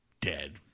dead